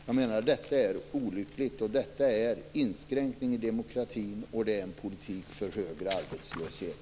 Jag menar att det är olyckligt. Detta är en inskränkning i demokratin. Det är en politik för högre arbetslöshet.